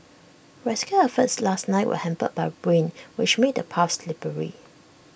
rescue efforts last night were hampered by rain which made the paths slippery